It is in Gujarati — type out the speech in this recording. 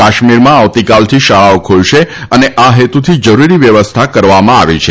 કાશ્મીરમાં આવતીકાલથી શાળાઓ ખુલશે અને આ હેતુથી જરૂરી વ્યવસ્થા કરવામાં આવી છે